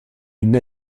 une